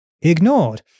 ignored